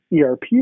ERP